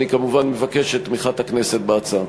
אני כמובן מבקש את תמיכת הכנסת בהצעה.